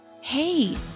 Hey